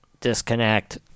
disconnect